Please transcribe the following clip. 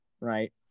Right